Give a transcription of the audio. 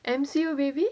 I'm see your baby